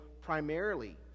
primarily